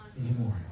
Anymore